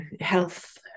health